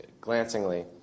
glancingly